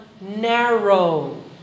narrow